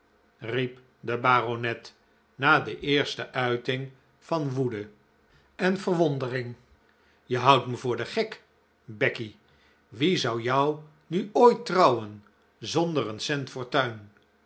riep de baronet na de eerste uiting van woede en verwondering e houdt mij voor den gek becky wie zou jou nu ooit trouwen zonder een cent fortuin